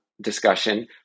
discussion